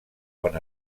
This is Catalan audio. quan